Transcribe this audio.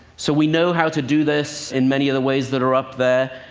so we know how to do this in many of the ways that are up there.